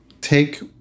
take